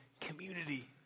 community